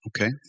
okay